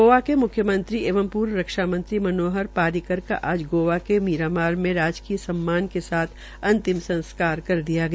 गांवा के मुख्यमंत्री एवं पूर्व रक्षा मंत्री मनोहर पर्रिकर का आज गोवा के मीरामार में राजकीय सम्मान के साथ अंतिम संस्कार कर दिया गया